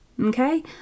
Okay